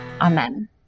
Amen